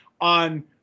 on